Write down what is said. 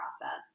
process